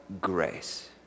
grace